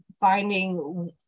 finding